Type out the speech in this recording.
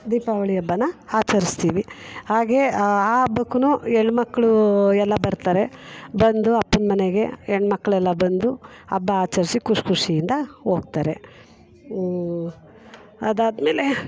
ದೀಪಾವಳಿ ಹಬ್ಬನ ಆಚರ್ಸ್ತೀವಿ ಹಾಗೆ ಆ ಹಬ್ಬಕ್ಕೂ ಹೆಣ್ಮಕ್ಳೂ ಎಲ್ಲ ಬರ್ತಾರೆ ಬಂದು ಅಪ್ಪನ ಮನೆಗೆ ಹೆಣ್ಮಕ್ಳೆಲ್ಲ ಬಂದು ಹಬ್ಬ ಆಚರಿಸಿ ಖುಷಿ ಖುಷಿಯಿಂದ ಹೋಗ್ತಾರೆ ಅದಾದ್ಮೇಲೆ